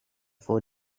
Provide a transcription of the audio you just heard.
voor